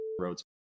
roads